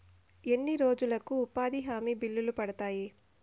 ఎన్ని రోజులకు ఉపాధి హామీ బిల్లులు పడతాయి?